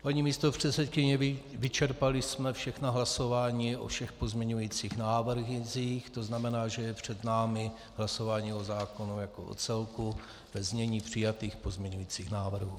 Paní místopředsedkyně, vyčerpali jsme všechna hlasování o všech pozměňujících návrzích, to znamená, že je před námi hlasování o zákonu jako o celku ve znění přijatých pozměňujících návrhů.